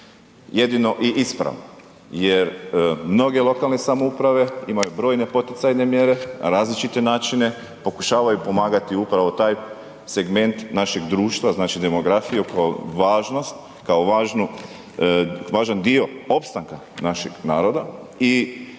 jedino i ispravno jer mnoge lokalne samouprave imaju brojne poticajne mjere, različite načine, pokušavaju pomagati upravo taj segment našeg društva, znači demografije kao važnost, kao važan dio opstanka našeg naroda i